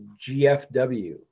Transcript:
GFW